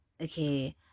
okay